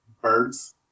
birds